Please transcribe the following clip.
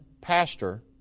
pastor